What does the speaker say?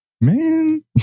man